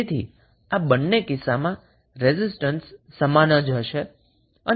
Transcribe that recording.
તેથી આ બંને કિસ્સામાં રેઝિસ્ટન્સ સમાન જ હશે